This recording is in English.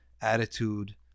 attitude